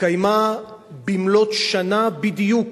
התקיימה במלאות שנה בדיוק